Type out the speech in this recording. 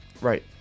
Right